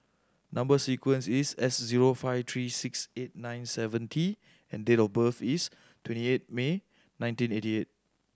number sequence is S zero five three six eight nine seven T and date of birth is twenty eight May nineteen eighty eight